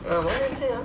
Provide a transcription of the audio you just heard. ah 蛮年轻 ah